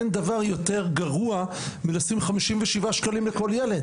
אין דבר יותר גרוע מלשים חמישים ושבעה שקלים לכל ילד.